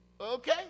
Okay